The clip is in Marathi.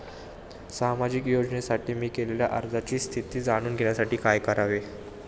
सामाजिक योजनेसाठी मी केलेल्या अर्जाची स्थिती जाणून घेण्यासाठी काय करावे?